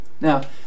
Now